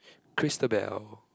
Christabel